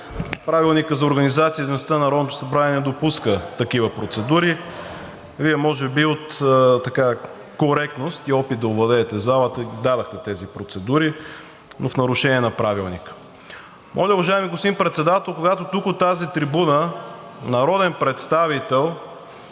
Правилникът за организацията и дейността на Народното събрание не допуска такива процедури, а Вие може би от коректност и опит да овладеете залата дадохте тези процедури, но в нарушение на Правилника. Моля, уважаеми господин Председател, когато тук от тази трибуна народен представител